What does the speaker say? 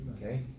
Okay